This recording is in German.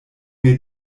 mir